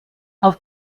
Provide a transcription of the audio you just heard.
auf